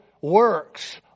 works